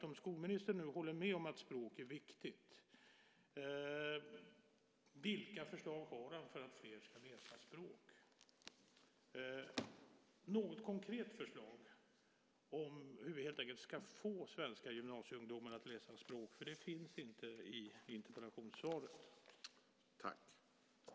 Om skolministern nu håller med om att språk är viktigt, vilka förslag har han för att fler ska läsa språk? Något konkret förslag på hur vi ska få svenska gymnasieungdomar att läsa språk finns inte i interpellationssvaret.